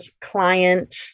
client